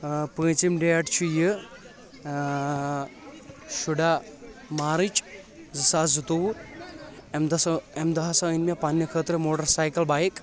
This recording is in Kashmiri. آ پونٛژِم ڈیٹ چھُ یہِ شُرا مارٕچ زٕ ساس زٕ تووُہ امہِ دۄہ ہسا امہ دۄہ ہسا أنۍ مےٚ پننہِ خٲطرٕ موٹر سایکل بایِک